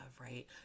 right